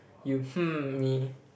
you hmm me